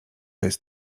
jest